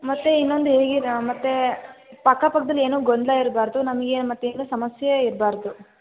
ಮತ್ತು ಇನ್ನೊಂದು ಮತ್ತು ಪಕ್ಕಪಕ್ಕದಲ್ಲೇನೂ ಗೊಂದಲ ಇರಬಾರ್ದು ನಮಗೆ ಮತ್ತೇನೂ ಸಮಸ್ಯೆ ಇರಬಾರ್ದು